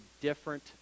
different